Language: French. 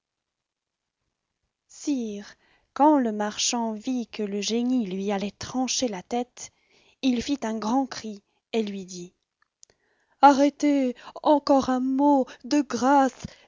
sire quand le marchand vit que le génie lui allait trancher la tête il fit un grand cri et lui dit arrêtez encore un mot de grâce